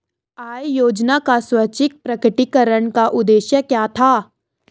आय योजना का स्वैच्छिक प्रकटीकरण का उद्देश्य क्या था?